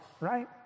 right